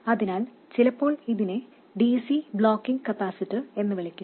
അതിനാൽ ചിലപ്പോൾ ഇതിനെ ഡിസി ബ്ലോക്കിംഗ് കപ്പാസിറ്റർ എന്നും വിളിക്കുന്നു